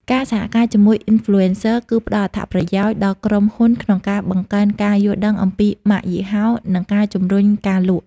ការសហការជាមួយ Influencer គឺផ្តល់អត្ថប្រយោជន៍ដល់ក្រុមហ៊ុនក្នុងការបង្កើនការយល់ដឹងអំពីម៉ាកយីហោ និងការជំរុញការលក់។